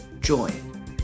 join